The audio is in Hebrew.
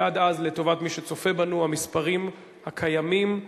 ובכן, שמונה בעד, אין מתנגדים, אין נמנעים.